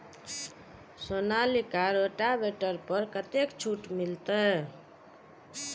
Sonalika rotavator पर कतेक छूट मिलते?